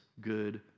good